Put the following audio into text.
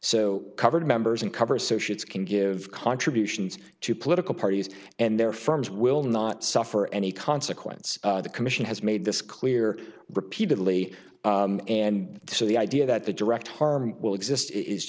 so covered members and cover associates can give contributions to political parties and their firms will not suffer any consequence the commission has made this clear repeatedly and so the idea that the direct harm will exist is